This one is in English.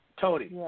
Tony